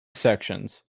sections